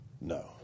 no